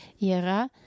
Yera